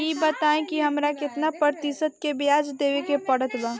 ई बताई की हमरा केतना प्रतिशत के ब्याज देवे के पड़त बा?